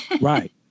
Right